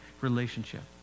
relationship